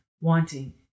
wanting